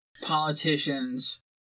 Politicians